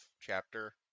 chapter